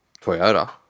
Toyota